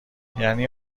یعنی